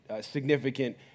significant